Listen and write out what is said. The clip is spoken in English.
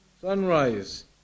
sunrise